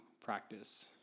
practice